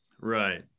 Right